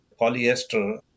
polyester